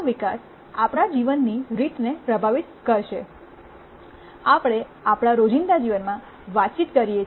આ વિકાસ આપણા જીવનની રીતને પ્રભાવિત કરશે આપણે આપણા રોજિંદા જીવનમાં વાતચીત કરીએ છીએ એને પ્રભાવિત કરશે